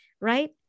Right